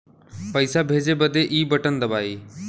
पइसा भेजे बदे ई बटन दबाई